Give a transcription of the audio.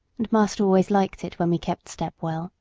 and master always liked it when we kept step well,